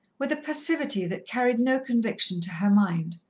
with a passivity that carried no conviction to her mind.